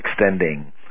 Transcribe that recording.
extending